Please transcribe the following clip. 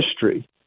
history